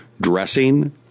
dressing